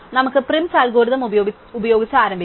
നമുക്ക് Prim's algorithm ഉപയോഗിച്ച് ആരംഭിക്കാം